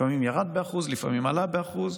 לפעמים ירד ב-1%, לפעמים עלה ב-1%.